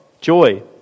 joy